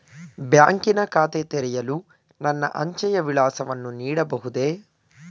ಬ್ಯಾಂಕಿನ ಖಾತೆ ತೆರೆಯಲು ನನ್ನ ಅಂಚೆಯ ವಿಳಾಸವನ್ನು ನೀಡಬಹುದೇ?